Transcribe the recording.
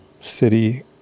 city